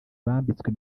bambitswe